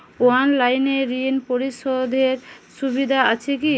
অনলাইনে ঋণ পরিশধের সুবিধা আছে কি?